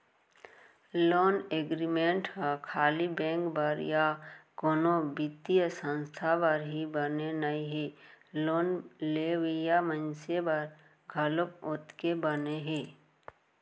loan agreement ह खाली bank बर या कोनो बित्तीय संस्था बर ही बने नइ हे लोन लेवइया मनसे बर घलोक ओतके बने हे